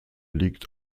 liegt